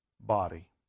body